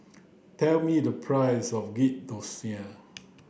tell me the price of Ghee Thosai